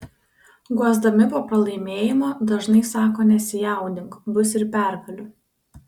guosdami po pralaimėjimo dažnai sako nesijaudink bus ir pergalių